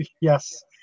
yes